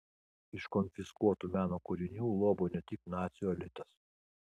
iš konfiskuotų meno kūrinių lobo ne tik nacių elitas